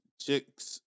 chicks